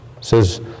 says